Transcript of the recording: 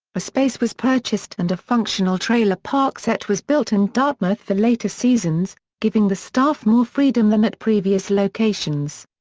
a space was purchased and a functional trailer park set was built in dartmouth for later seasons, giving the staff more freedom than at previous locations.